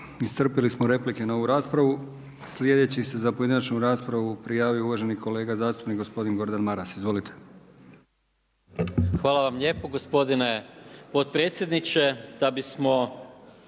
Iscrpili smo replike na ovu raspravu. Sljedeći se za pojedinačnu raspravu prijavio uvaženi kolega zastupnik Gordan Maras, izvolite. **Maras, Gordan (SDP)** Hvala vam lijepo gospodine potpredsjedniče. Da bismo